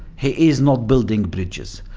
he is not building bridges.